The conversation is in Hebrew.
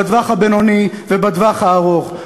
לטווח הבינוני ולטווח הארוך.